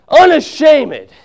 Unashamed